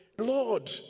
Lord